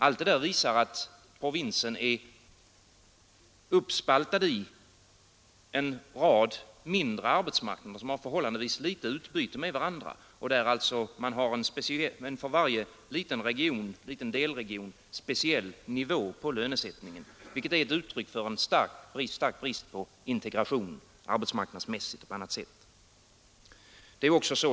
Allt detta visar att provinsen är uppspaltad i en rad mindre arbetsmarknader, som har förhållandevis litet utbyte med varandra och där man har en för varje liten delregion speciell nivå på lönesättningen. Det är ett uttryck för stark brist på integration arbetsmarknadsmässigt och på annat sätt.